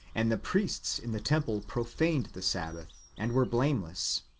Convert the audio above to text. and the priests in the temple profaned the sabbath, and were blameless.